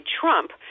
Trump